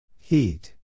Heat